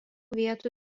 vietų